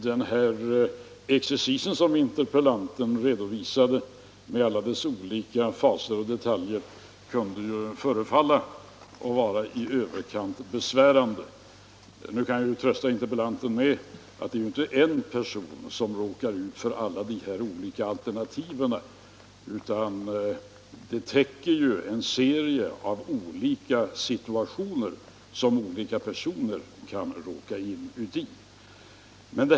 Herr talman! Den exercis som interpellanten redovisade med alla dessa olika faser och detaljer kunde ju förefalla vara i överkant besvärande. Jag kan emellertid trösta interpellanten med att det inte är en person som råkar ut för alla dessa alternativ, utan de täcker en serie av olika situationer som olika personer kan råka in i.